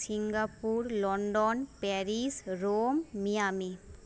Singapore London Paris Rome Miami